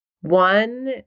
One